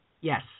Yes